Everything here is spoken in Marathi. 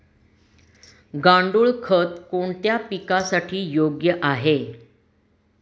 गांडूळ खत कोणत्या पिकासाठी योग्य आहे?